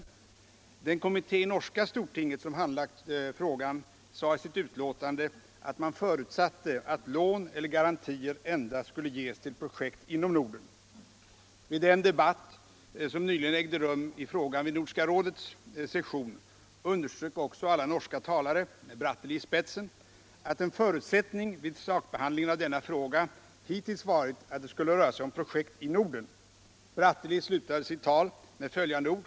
Den kommitté i norska stortinget som handlagt denna fråga sade i sitt utlåtande att man förutsatte att lån eller garantier endast skulle ges till projekt inom Norden. Vid den .debatt som nyligen ägde rum i frågan vid Nordiska rådets session underströk också alla norska talare, med Bratteli i spetsen, att en förutsättning vid sakbehandlingen av denna fråga hittills varit att det skulle röra sig om projekt i Norden. Bratteli slutade sitt tal med följande ord.